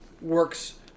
works